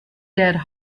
dead